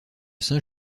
saint